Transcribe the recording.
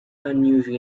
unusual